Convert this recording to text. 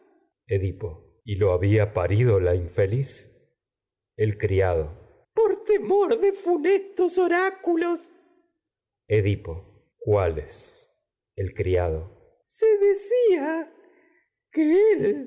edipo el y lo había parido la infeliz criado por temor de funestos oráculos edipo el cuáles decía que